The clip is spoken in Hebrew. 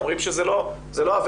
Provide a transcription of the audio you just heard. אומרים שזאת לא עבירה,